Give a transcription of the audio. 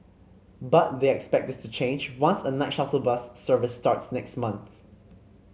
but they expect this to change once a night shuttle bus service starts next month